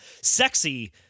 sexy